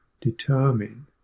determine